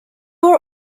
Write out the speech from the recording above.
were